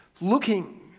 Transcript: looking